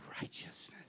righteousness